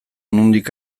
nondik